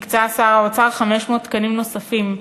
הקצה שר האוצר 500 תקנים נוספים,